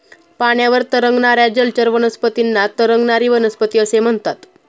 पाण्यावर तरंगणाऱ्या जलचर वनस्पतींना तरंगणारी वनस्पती असे म्हणतात